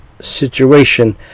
situation